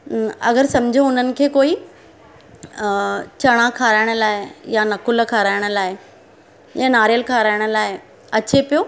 अगरि समुझो उन्हनि खे कोई चणा खाराइण लाइ या नकुल खाराइण लाइ या नारेलु खाराइण लाइ अचे पियो